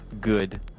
good